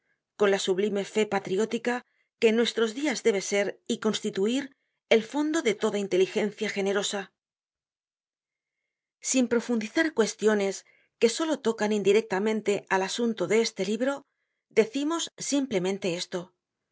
con la sublime fé patriótica que en nuestros dias debe ser y constituir el fondo de toda inteligencia generosa sin profundizar cuestiones que solo tocan indirectamente al asunto de este libro decimos simplemente esto